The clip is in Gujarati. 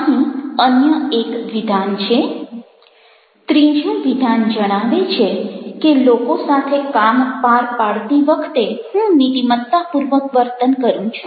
અહીં અન્ય એક વિધાન છે ત્રીજું વિધાન જણાવે છે કે લોકો સાથે કામ પાર પાડતી વખતે હું નીતિમત્તાપૂર્વક વર્તન કરું છું